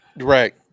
Right